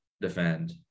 defend